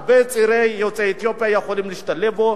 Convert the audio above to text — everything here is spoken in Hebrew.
הרבה צעירים יוצאי אתיופיה יכולים להשתלב בו,